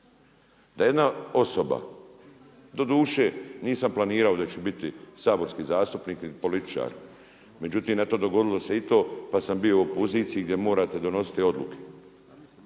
Da jedna osoba doduše nisam planirao da ću biti saborski zastupnik niti političar, međutim eto dogodilo se i to pa sam bio u poziciji gdje morate donositi odluke.